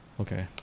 Okay